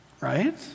right